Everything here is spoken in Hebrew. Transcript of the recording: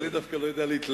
אני דווקא לא יודע להתלהב.